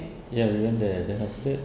ya we went there then after that